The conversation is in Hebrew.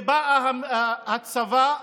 ובאו הצבא,